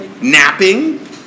Napping